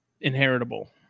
inheritable